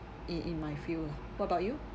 in in my field lah what about you